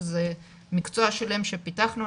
שזה מקצוע שלם שפיתחנו,